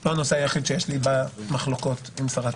לא הנושא היחיד שיש לי מחלוקות איתה.